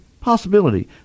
Possibility